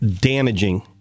damaging